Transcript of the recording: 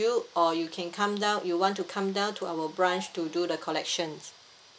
to you or you can come down you want to come down to our branch to do the collection